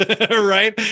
right